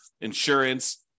insurance